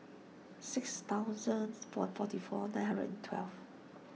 six thousands four forty four nine hundred and twelve